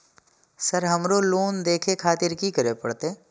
Sir हमरो loan देखें खातिर की करें परतें?